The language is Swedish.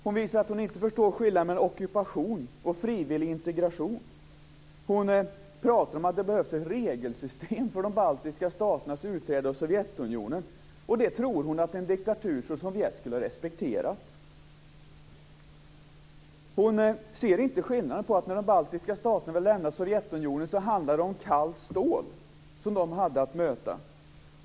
Hon visar att hon inte förstår skillnaden mellan ockupation och frivillig integration. Hon pratar om att det hade behövts ett regelsystem för de baltiska staternas utträde ur Sovjetunionen. Och det tror hon att en diktatur som Sovjet hade respekterat! Hon ser inte den skillnaden att när de baltiska staterna ville lämna Sovjetunionen handlade det om kallt stål. Det var vad de hade att möta.